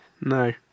No